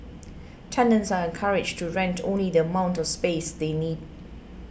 tenants are encouraged to rent only the amount of space they need